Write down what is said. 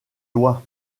lois